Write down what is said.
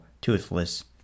Toothless